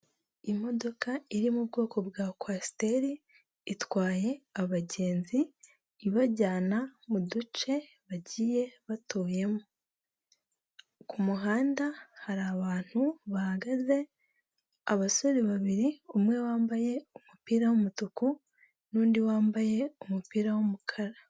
Imodoka iri mu bwoko bwa kwasiteri, itwaye abagenzi ibajyana mu duce bagiye batuyemo. Ku muhanda, hari abantu bahagaze, abasore babiri, umwe wambaye umupira w'umutuku n'undi wambaye umupira w'umukara.